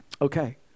Okay